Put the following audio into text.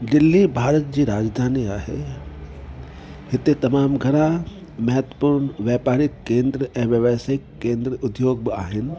दिल्ली भारत जी राजधानी आहे हिते तमामु घणा महत्वपूर्ण व्यापारी केंद्र ऐं व्यावासिक केंद्र उद्योग बि आहिनि